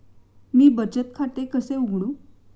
मी बचत खाते कसे उघडू?